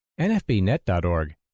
nfbnet.org